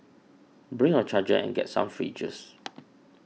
bring your charger and get some free juice